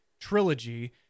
trilogy